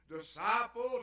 disciples